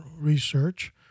research